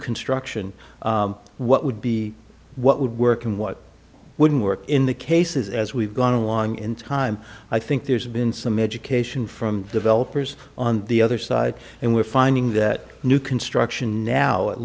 construction what would be what would work and what wouldn't work in the cases as we've gone along in time i think there's been some education from developers on the other side and we're finding that new construction now at